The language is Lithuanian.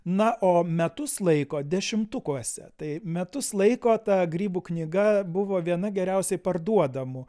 na o metus laiko dešimtukuose tai metus laiko ta grybų knyga buvo viena geriausiai parduodamų